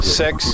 six